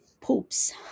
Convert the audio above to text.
poops